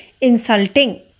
insulting